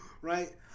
right